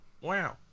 Wow